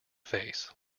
face